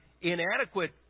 inadequate